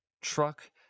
truck